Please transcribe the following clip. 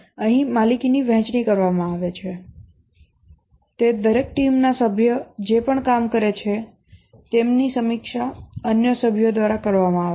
અહીં માલિકીની વહેંચણી કરવામાં આવે છે તે દરેક ટીમના સભ્ય જે પણ કામ કરે છે તેની સમીક્ષા અન્ય સભ્યો દ્વારા કરવામાં આવે છે